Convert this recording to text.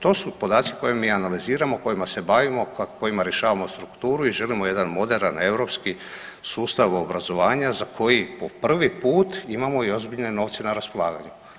To su podaci koje mi analiziramo i kojima se bavimo, kojima rješavamo strukturu i želimo jedan moderan europski sustav obrazovanja za koji po prvi put imamo i ozbiljne novce na raspolaganju.